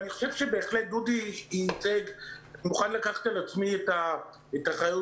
בהחלט דודי ייצג ואני מוכן לקחת על עצמי את האחריות